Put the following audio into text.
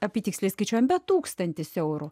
apytiksliai skaičiuojant tūkstantis eurų